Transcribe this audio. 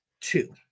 two